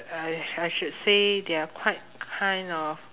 I I should say they are quite kind of